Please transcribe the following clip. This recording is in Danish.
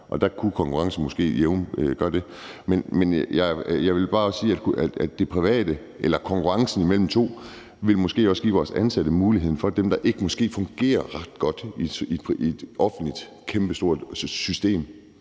og der kunne konkurrence måske gøre det. Men jeg vil bare sige, at konkurrencen mellem to måske også ville give vores ansatte mulighed for, at dem, der ikke fungerer så godt i et kæmpestort offentligt system,